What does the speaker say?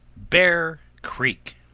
bear creek